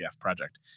project